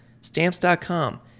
Stamps.com